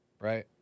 right